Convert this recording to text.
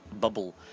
bubble